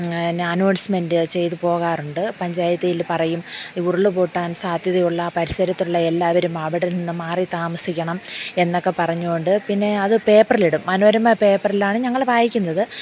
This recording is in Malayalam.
പിന്നെ അനോൺസ്മെൻറ് ചെയ്തു പോകാറുണ്ട് പഞ്ചായത്തിൽ പറയും ഉരുൾ പൊട്ടാൻ സാധ്യതയുള്ള പരിസരത്തുള്ള എല്ലാവരും അവിടെ നിന്ന് മാറി താമസിക്കണം എന്നൊക്കെ പറഞ്ഞു കൊണ്ട് പിന്നെ അത് പേപ്പറിലിടും മനോരമ പേപ്പറിലാണ് ഞങ്ങൾ വായിക്കുന്നത്